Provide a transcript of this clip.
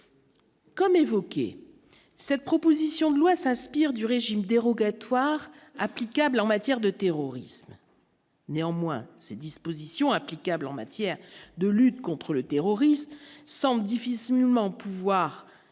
l'comme évoqué cette proposition de loi s'inspire du régime dérogatoire applicable en matière de terrorisme. Néanmoins, ces dispositions applicables en matière de lutte contre le terroriste semble difficilement pouvoir être